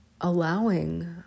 allowing